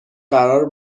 قرار